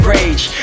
rage